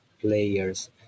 players